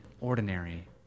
ordinary